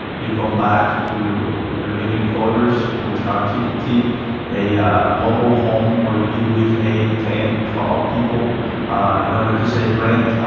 you come back to your living quarters, which are typically a yeah mobile home where you live with eight, ten, twelve people in order to save rent.